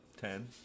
Ten